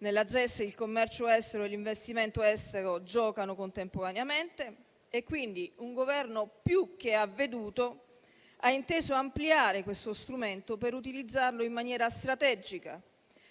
Nella ZES il commercio e l'investimento estero giocano contemporaneamente, quindi un Governo più che avveduto ha inteso ampliare questo strumento per utilizzarlo in maniera strategica